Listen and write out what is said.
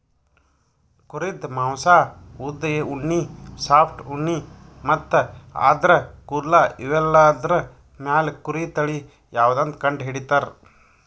ಕುರಿದ್ ಮಾಂಸಾ ಉದ್ದ್ ಉಣ್ಣಿ ಸಾಫ್ಟ್ ಉಣ್ಣಿ ಮತ್ತ್ ಆದ್ರ ಕೂದಲ್ ಇವೆಲ್ಲಾದ್ರ್ ಮ್ಯಾಲ್ ಕುರಿ ತಳಿ ಯಾವದಂತ್ ಕಂಡಹಿಡಿತರ್